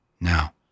now